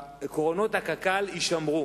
שעקרונות קק"ל יישמרו.